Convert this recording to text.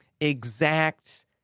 exact